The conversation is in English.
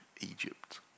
Egypt